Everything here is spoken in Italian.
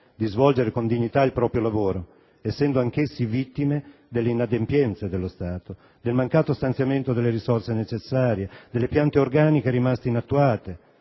di svolgere con dignità il proprio lavoro, essendo anch'essi vittime delle inadempienze dello Stato, del mancato stanziamento delle risorse necessarie, delle piante organiche rimaste inattuate,